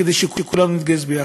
כדי שכולנו נתגייס ביחד.